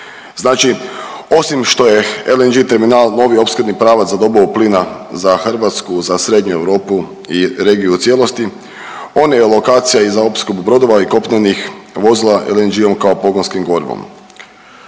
Znači osim što je LNG terminal novi opskrbni pravac za dobavu plina za Hrvatsku za Srednju Europu i regiju u cijelosti, on je lokacija i za opskrbu brodova i kopnenih vozila LNG-om kao pogonskim gorivom.